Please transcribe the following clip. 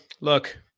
look